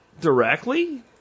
directly